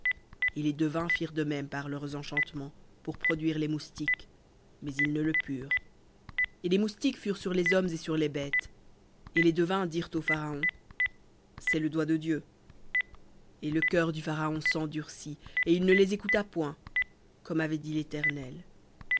et les devins firent de même par leurs enchantements pour produire les moustiques mais ils ne le purent et les moustiques furent sur les hommes et sur les bêtes et les devins dirent au pharaon c'est le doigt de dieu et le cœur du pharaon s'endurcit et il ne les écouta point comme avait dit l'éternel